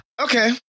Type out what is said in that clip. okay